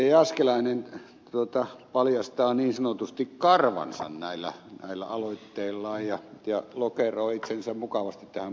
jääskeläinen paljastaa niin sanotusti karvansa näillä aloitteillaan ja lokeroi itsensä mukavasti tähän poliittiseen kenttään